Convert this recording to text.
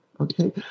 okay